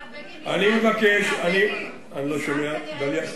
אני מבקש, מזמן כנראה לא, אני לא שומע, דליה.